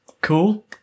Cool